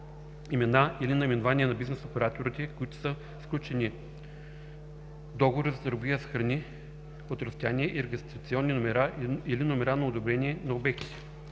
имена или наименования на бизнес операторите, с които са сключени договори за търговия с храни от разстояние и регистрационни номера или номера на одобрение на обектите;